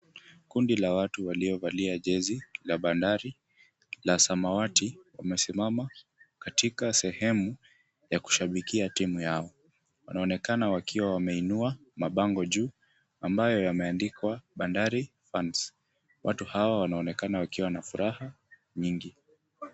Kundi la watu waliovalia jezi la Bandari la samawati wamesimama katika sehemu ya kushabikia timu yao. Wanaonekana wakiwa wameinua mabango juu ambayo yameandikwa Bandari fans . Watu hawa wanaonekana wakiwa na furaha nyingi.